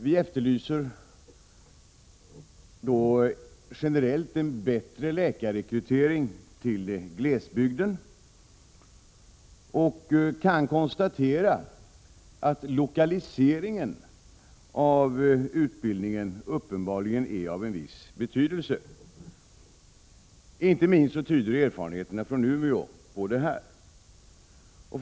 Vi efterlyser generellt en bättre läkarrekrytering till glesbygden och konstaterar att lokaliseringen av utbildningen uppenbarligen är av en viss betydelse. Inte minst tyder erfarenheterna från Umeå på detta.